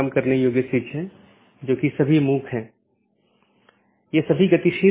एक गैर मान्यता प्राप्त ऑप्शनल ट्रांसिटिव विशेषता के साथ एक पथ स्वीकार किया जाता है और BGP साथियों को अग्रेषित किया जाता है